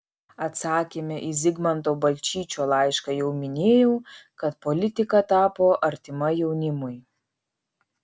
atsakyme į zigmanto balčyčio laišką jau minėjau kad politika tapo artima jaunimui